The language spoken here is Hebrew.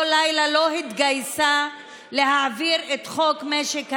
לילה לא התגייסה להעביר את חוק משק המדינה,